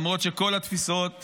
למרות שכל התפיסות,